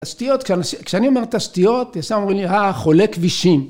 ‫הסטיות, כשאני אומר את הסטיות, ‫ישר אומרים לי, הא, חולה כבישים.